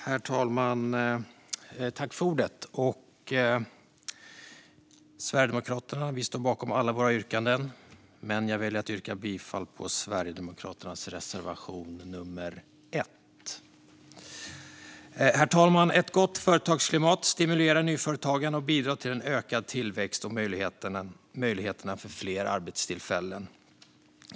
Herr talman! Vi i Sverigedemokraterna står bakom alla våra yrkanden, men jag yrkar endast bifall till Sverigedemokraternas reservation nummer 1. Herr talman! Ett gott företagsklimat stimulerar nyföretagande och bidrar till en ökad tillväxt och möjligheter till fler arbetstillfällen.